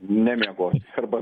nemiego arba